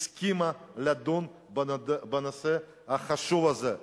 הסכימה לדון היום בנושא החשוב הזה,